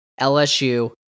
LSU